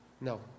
No